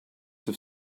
have